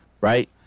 right